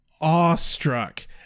awestruck